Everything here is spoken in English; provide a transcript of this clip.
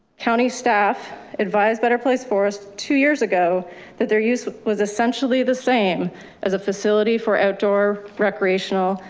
county staff advise better place for us two years ago that their use was essentially the same as a facility for outdoor recreational,